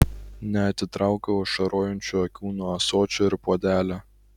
neatitraukiau ašarojančių akių nuo ąsočio ir puodelio